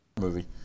movie